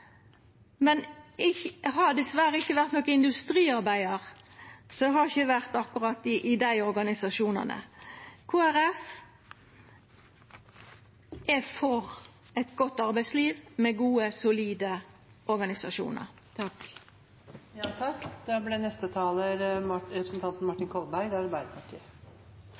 Men eg har dessverre ikkje vore industriarbeidar, så eg har ikkje vore i akkurat dei organisasjonane. Kristeleg Folkeparti er for eit godt arbeidsliv med gode, solide organisasjonar. Det går litt sakte med meg, president, men det